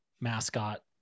mascot